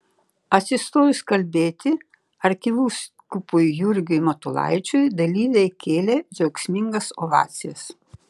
atsistojus kalbėti arkivyskupui jurgiui matulaičiui dalyviai kėlė džiaugsmingas ovacijas